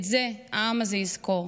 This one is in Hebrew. את זה העם הזה יזכור,